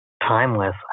timeless